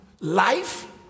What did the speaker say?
life